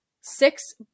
six